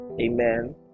amen